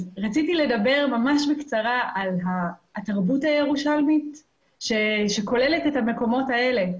רציתי לדבר ממש בקצרה על התרבות הירושלמית שכוללת את המקומות האלה.